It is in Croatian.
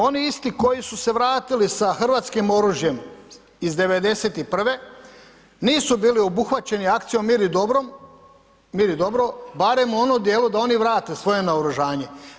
Oni isti koji su se vratili sa hrvatskim oružjem iz '91. nisu bili obuhvaćeni akcijom mir i dobro barem u onom dijelu da oni vrate svoje naoružanje.